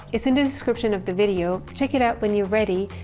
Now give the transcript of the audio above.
it's in the description of the video, check it out when you're ready,